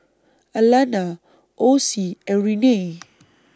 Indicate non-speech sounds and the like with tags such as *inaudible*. Alanna Ossie and Renae *noise*